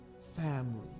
family